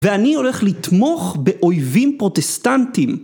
ואני הולך לתמוך באויבים פרוטסטנטים.